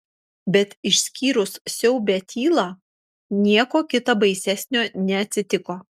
bet išskyrus siaubią tylą nieko kita baisesnio neatsitiko